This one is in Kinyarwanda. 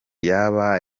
yaba